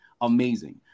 Amazing